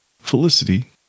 Felicity